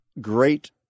great